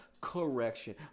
correction